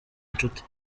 inshuti